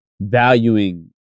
Valuing